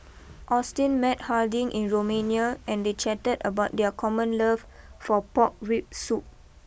Austyn met Harding in Romania and they chatted about their common love for Pork Rib Soup